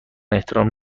احترام